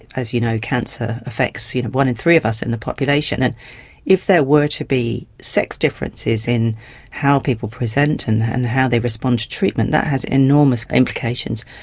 as you know, cancer affects you know one in three of us in the population, and if there were to be sex differences in how people present and and how they respond to treatment, that has enormous implications.